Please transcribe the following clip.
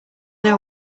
know